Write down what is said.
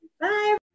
Bye